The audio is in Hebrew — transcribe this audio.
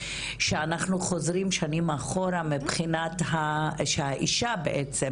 שאנחנו חוזרים שנים אחורה מבחינת שהאישה בעצם